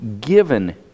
given